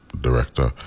Director